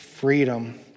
freedom